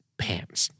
pants